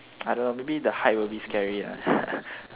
I don't know maybe the height will be scary ah